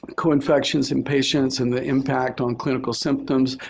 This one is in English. co-infections in patients and the impact on clinical symptoms,